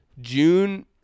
June-